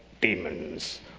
demons